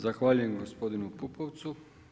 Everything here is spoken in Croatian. Zahvaljujem gospodinu Pupovcu.